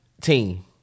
team